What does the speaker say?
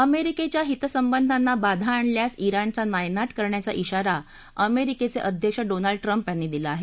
अमेरिकेच्या हितसंबंधांना बाधा आणल्यास ज्ञिणचा नायनाट करण्याचा ज्ञिरा अमेरिकेचे अध्यक्ष डोनाल्ड ट्रंप यानी दिला आहे